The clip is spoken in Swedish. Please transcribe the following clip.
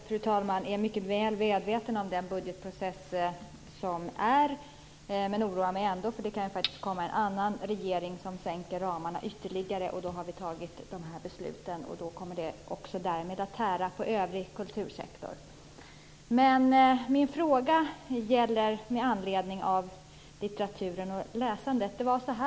Fru talman! Jag är väl medveten om den budgetprocess som är men oroar mig ändå. Det kan faktiskt komma en annan regering som minskar ramarna ytterligare. Då kommer det att tära på även övrig kultursektor. Min fråga gäller litteraturen och läsandet.